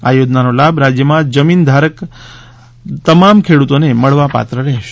આ યોજનાનો લાભ રાજ્યમાં જમીન ધારક કરતા તમામ ખેડૂતોને મળવા પાત્ર રહેશે